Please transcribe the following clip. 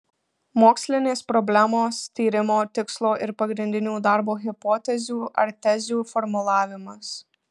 mokslinės problemos tyrimo tikslo ir pagrindinių darbo hipotezių ar tezių formulavimas